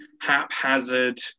haphazard